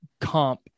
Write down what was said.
comp